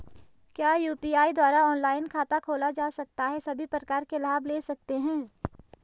क्या यु.पी.आई द्वारा ऑनलाइन खाता खोला जा सकता है सभी प्रकार के लाभ ले सकते हैं?